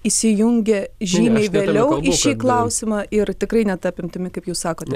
įsijungė žymiai vėliau į šį klausimą ir tikrai ne ta apimtimi kaip jūs sakote